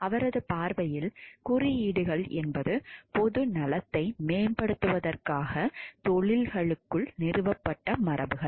அவரது பார்வையில் குறியீடுகள் என்பது பொது நலத்தை மேம்படுத்துவதற்காக தொழில்களுக்குள் நிறுவப்பட்ட மரபுகள்